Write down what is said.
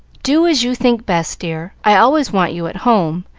do as you think best, dear. i always want you at home,